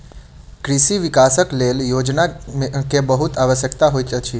कृषि विकासक लेल योजना के बहुत आवश्यकता होइत अछि